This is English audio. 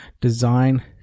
design